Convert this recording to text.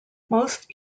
most